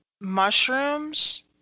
mushrooms